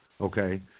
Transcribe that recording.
okay